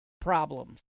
problems